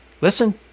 listen